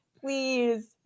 please